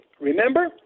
Remember